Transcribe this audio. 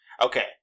Okay